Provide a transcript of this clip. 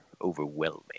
overwhelming